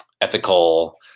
ethical